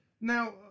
Now